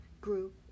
grew